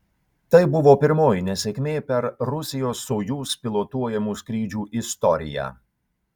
tai buvo pirmoji nesėkmė per rusijos sojuz pilotuojamų skrydžių istoriją